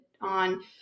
on